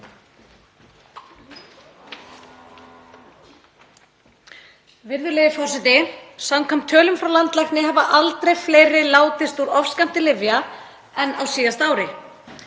Virðulegi forseti. Samkvæmt tölum frá landlækni hafa aldrei fleiri látist úr ofskammti lyfja en á síðasta ári.